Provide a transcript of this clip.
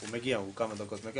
הוא מגיע, הוא כמה דקות מגיע.